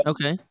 Okay